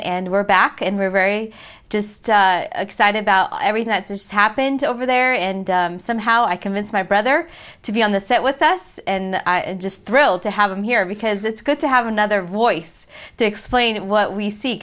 and we're back and we're very just excited about everything that just happened over there and somehow i convinced my brother to be on the set with us and just thrilled to have him here because it's good to have another voice to explain what we see